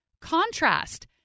Contrast